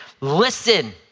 Listen